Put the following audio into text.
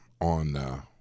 on